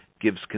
gives